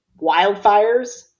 Wildfires